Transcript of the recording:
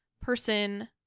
person